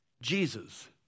Jesus